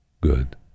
good